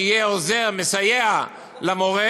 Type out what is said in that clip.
שיהיה עוזר, מסייע למורה.